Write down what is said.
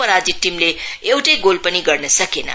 पराजित टीमले एउटै गोल पनि गर्न सकेन